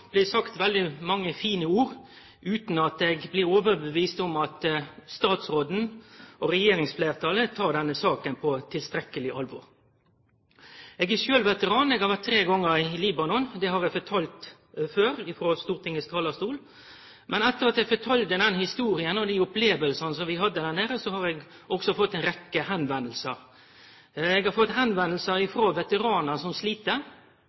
blir sagt veldig mange fine ord, utan at eg blir overtydd om at statsråden og regjeringsfleirtalet tek denne saka på tilstrekkeleg alvor. Eg er sjølv veteran. Eg har vore tre gonger i Libanon. Det har eg fortalt før frå Stortingets talarstol. Men etter at eg fortalde den historia og om dei opplevingane vi hadde der nede, har eg òg fått ei rekkje tilbakemeldingar. Eg har fått tilbakemeldingar frå vetaranar som